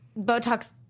Botox